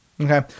Okay